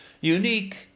unique